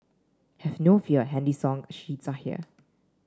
have no fear handy song sheets are here